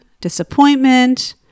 Disappointment